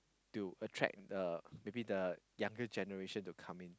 to attract the maybe the younger generation to come in